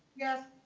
yes.